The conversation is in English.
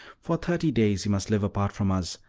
for thirty days you must live apart from us,